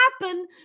happen